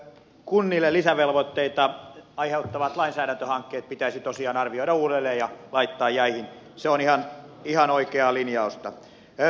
kunnille lisävelvoitteita aiheuttavat lainsäädäntöhankkeet pitäisi tosiaan arvioida uudelleen ja laittaa jäihin se on ihan oikea linjaus